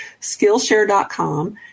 Skillshare.com